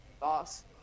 boss